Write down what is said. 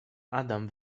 adam